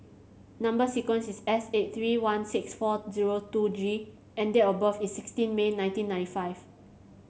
number sequence is S eight three one six four zero two G and date of birth is sixteen May nineteen ninety five